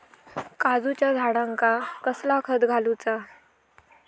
काजूच्या झाडांका कसला खत घालूचा?